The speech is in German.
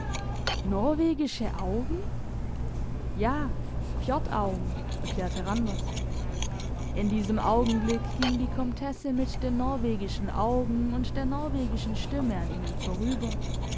norwegische augen ja fjordaugen erklärte randers in diesem augenblick ging die komtesse mit den norwegischen augen und der norwegischen stimme an ihnen vorüber